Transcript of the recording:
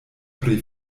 pri